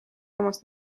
omast